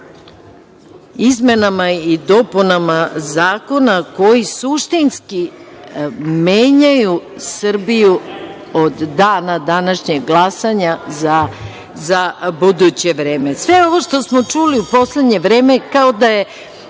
izmenama i dopunama zakona koji suštinski menjaju Srbiju od dana današnjeg, glasanja, za buduće vreme. Sve ovo što smo čuli u poslednje vreme kao da je